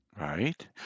Right